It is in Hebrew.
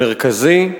מרכזי,